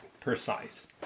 precise